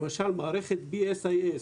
למשל מערכת BSIS,